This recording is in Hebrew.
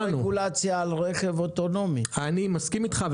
יש לנו רגולציה על רכב אוטונומי --- אני מסכים איתך.